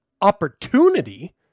opportunity